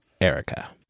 Erica